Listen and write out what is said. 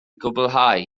gwblhau